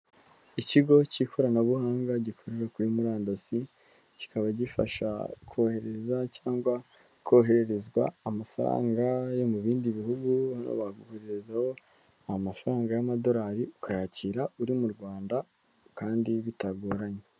Ikigo cy'ikoranabuhanga gikorera kuri murandasi, kikaba gifasha koherereza cyangwa kohererezwa amafaranga yo mu bindi bihugu, hano bakohererezaho amafaranga y'amadolari ukayakira uri mu Rwanda kandi bitagoranye.